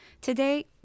Today